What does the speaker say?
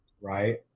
right